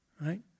right